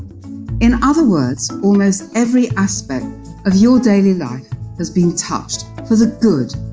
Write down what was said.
in other words almost every aspect of your daily life has been touched, for the good,